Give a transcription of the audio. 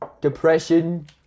depression